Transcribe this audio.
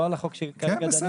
לא על החוק שכרגע דנים,